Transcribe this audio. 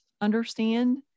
understand